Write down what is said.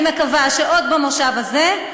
אני מקווה שעוד במושב הזה,